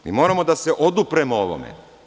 Mi moramo da se odupremo ovome.